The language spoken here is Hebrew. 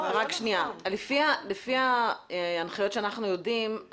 לפי ההנחיות שאנחנו יודעים,